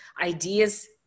ideas